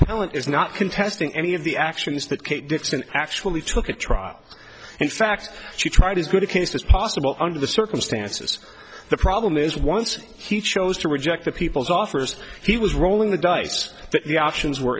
ant is not contesting any of the actions that actually took a trial in fact she tried as good a case as possible under the circumstances the problem is once he chose to reject the people's offers he was rolling the dice that the options were